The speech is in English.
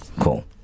Cool